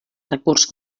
recurs